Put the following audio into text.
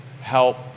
help